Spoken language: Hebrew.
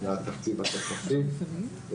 הוקצו לטובת נושא הנשירה.